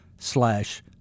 slash